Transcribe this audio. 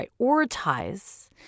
prioritize